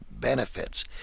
benefits